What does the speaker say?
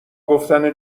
گفتن